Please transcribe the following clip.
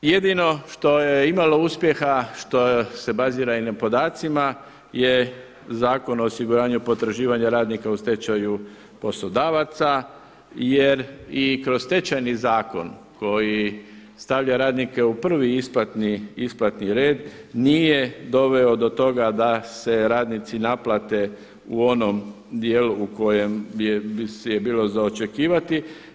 Jedino što je imalo uspjeha, što se bazira i na podacima je Zakon o osiguranju potraživanja radnika u stečaju poslodavaca jer i kroz Stečajni zakon koji stavlja radnike u prvi isplatni red nije doveo do toga da se radnici naplate u onom dijelom u kojem je bilo za očekivati.